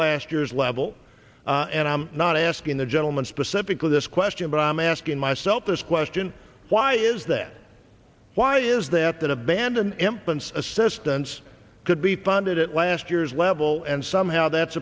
last year's level and i'm not asking the gentleman specifically this question but i'm asking myself this question why is that why is that then abandoned emp and assistance could be funded at last year's level and somehow that's